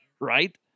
Right